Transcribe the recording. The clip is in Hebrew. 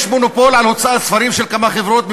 יש מונופול על הוצאת ספרים של כמה חברות,